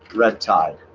red tide